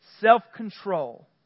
self-control